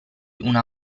una